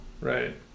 right